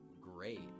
great